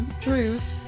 truth